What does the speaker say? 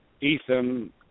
Ethan